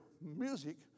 music